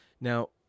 Now